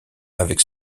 avec